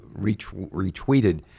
retweeted